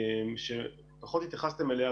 שפחות התייחסתם אליה,